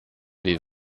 die